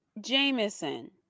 jameson